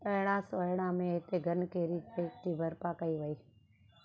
अरिड़हां सौ अरिड़हां में हिते गन कैरिज फैक्ट्री बर्पा कई वई